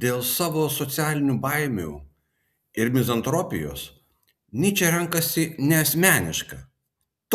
dėl savo socialinių baimių ir mizantropijos nyčė renkasi neasmenišką